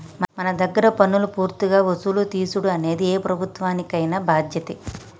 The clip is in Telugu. మన దగ్గర పన్నులు పూర్తిగా వసులు తీసుడు అనేది ఏ ప్రభుత్వానికైన బాధ్యతే